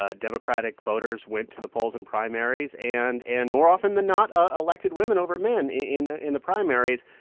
ah democratic voters went to the polls in primaries and and more often than not, ah elected women over men in ah in the primaries.